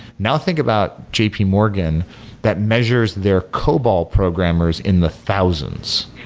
now think about j p. morgan that measures their cobol programmers in the thousands,